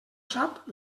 sap